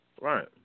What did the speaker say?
Right